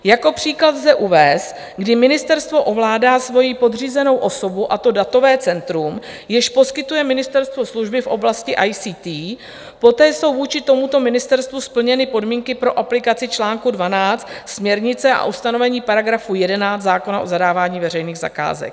Jako příklad lze uvést, kdy ministerstvo ovládá svoji podřízenou osobu, a to datové centrum, jež poskytuje ministerstvu služby v oblasti ICT, poté jsou vůči tomuto ministerstvu splněny podmínky pro aplikaci čl. 12 směrnice a ustanovení § 11 zákona o zadávání veřejných zakázek.